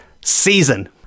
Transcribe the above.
season